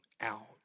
out